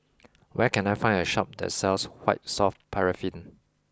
where can I find a shop that sells White Soft Paraffin